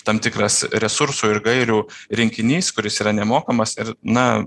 tam tikras resursų ir gairių rinkinys kuris yra nemokamas ir na